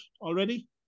already